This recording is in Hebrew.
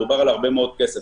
מדובר על הרבה מאוד כסף.